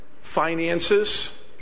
finances